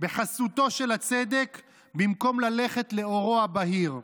בחסותו של הצדק במקום ללכת לאורו הבהיר.